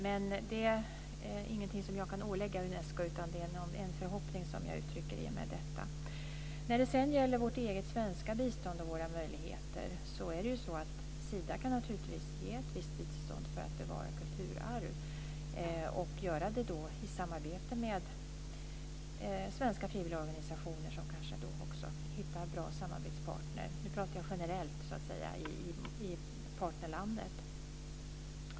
Men det är ingenting som jag kan ålägga Unesco, utan det är en förhoppning som jag uttrycker i och med detta. När det sedan gäller vårt eget svenska bistånd och våra möjligheter så kan Sida naturligtvis ge ett visst bistånd för att bevara kulturarv och göra det i samarbete med svenska frivilligorganisationer som kanske också hittar bra samarbetspartner. Nu talar jag generellt när det gäller partnerlandet.